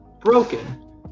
broken